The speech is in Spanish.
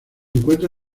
encuentra